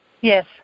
Yes